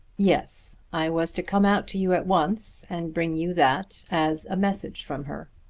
yes i was to come out to you at once, and bring you that as a message from her.